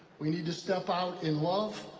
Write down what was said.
we need to step out in love,